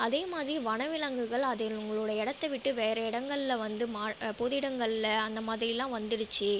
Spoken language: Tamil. அதே மாதிரி வனவிலங்குகள் அதனுடைய இடத்த விட்டு வேற இடங்களில் வந்து மா பொது இடங்களில் அந்த மாதிரியெல்லாம் வந்துடுச்சு